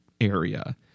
area